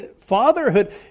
Fatherhood